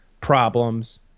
problems